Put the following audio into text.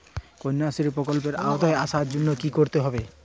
কন্যাশ্রী প্রকল্পের আওতায় আসার জন্য কী করতে হবে?